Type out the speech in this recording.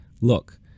look